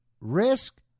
risk